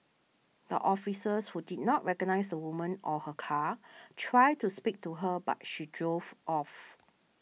the officers who did not recognise the woman or her car tried to speak to her but she drove off